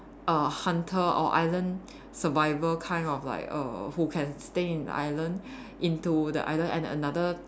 a hunter or island survivor kind of like err who can stay in island into the island and another